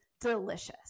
delicious